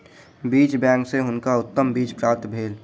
बीज बैंक सॅ हुनका उत्तम बीज प्राप्त भेल